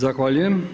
Zahvaljujem.